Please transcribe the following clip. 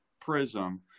Prism